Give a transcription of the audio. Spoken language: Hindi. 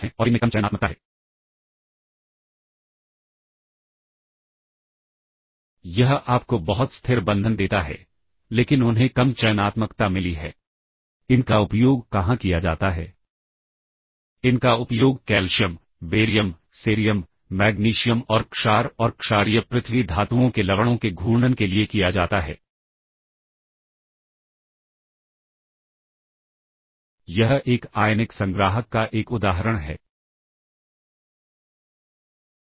तो यह एक संभावना है दूसरी संभावना यह है कि यहB C H L इसलिए उन्हें इस सबरूटीन द्वारा कॉलिंग द्वारा कुछ अस्थायी स्टोरेज के रूप में उपयोग किया गया था और मूल प्रोग्राम के उन रजिस्टरों के वैल्यू को उन्हें नहीं करना चाहिए था संशोधित किया जाए तो उस उद्देश्य के लिए हमें 2 प्रकार की स्थिति मिली है एक है मूल्य के अनुसार कॉल दूसरी है संदर्भ के अनुसार कॉल